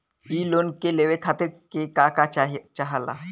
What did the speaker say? इ लोन के लेवे खातीर के का का चाहा ला?